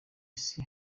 isi